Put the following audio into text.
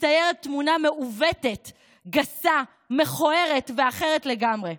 מצטיירת תמונה מעוותת, גסה, מכוערת ואחרת לגמרי.